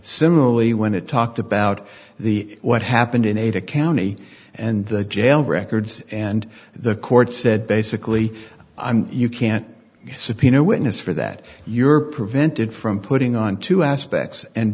similarly when it talked about the what happened in ada county and the jail records and the court said basically you can't subpoena witnesses for that you're prevented from putting on two aspects and